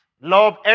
Love